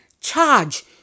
charge